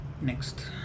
Next